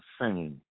singing